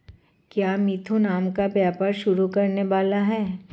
क्या मिथुन आम का व्यापार शुरू करने वाला है?